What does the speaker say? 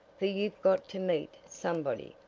for you've got to meet somebody.